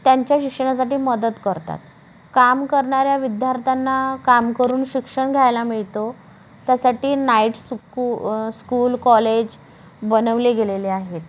त्यांच्या शिक्षणासाठी मदत करतात काम करणाऱ्या विद्यार्थ्याना काम करून शिक्षण घ्यायला मिळतो त्यासाठी नाईट सुकू स्कूल कॉलेज बनवले गेलेले आहेत